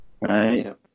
right